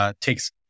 takes